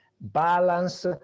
balance